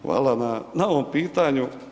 Hvala na ovom pitanju.